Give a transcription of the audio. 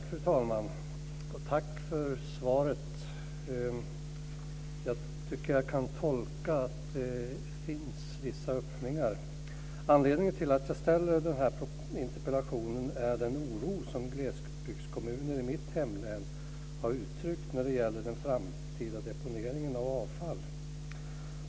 Fru talman! Tack för svaret! Jag tycker mig kunna uttolka att det finns vissa öppningar. Anledningen till att jag framställt denna interpellation är den oro som glesbygskommuner i mitt hemlän har uttryckt när det gäller den framtida deponeringen av avfall.